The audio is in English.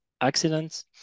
accidents